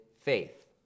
faith